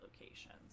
locations